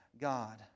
God